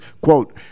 quote